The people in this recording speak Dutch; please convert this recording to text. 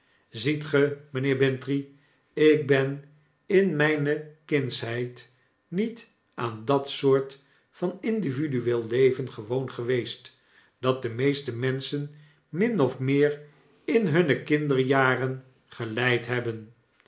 ziet ge mijnheer bintrey ik ben in myne kindsheid niet aan dat soort van individueel leven gewoon geweest dat de meeste menschen min of meer ia hunne kinderjaren geleid hebben